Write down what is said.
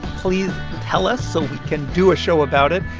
please tell us so we can do a show about it.